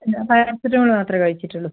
ഇല്ല പാരസെറ്റാമോള് മാത്രമേ കഴിച്ചിട്ടുളളൂ